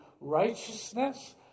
righteousness